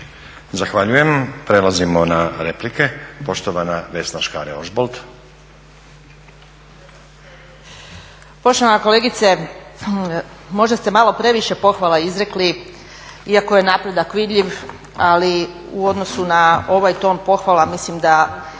Zahvaljujem. Prelazimo na replike. Poštovana Vesna Škare-Ožbolt.